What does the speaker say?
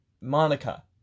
Monica